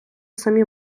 самі